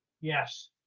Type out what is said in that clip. yes